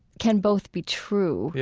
can both be true. yeah